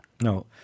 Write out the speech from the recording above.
No